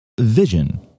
vision